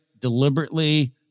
deliberately